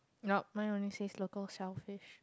nope mine only says local shellfish